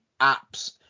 apps